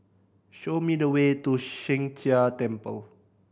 show me the way to Sheng Jia Temple